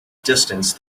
distance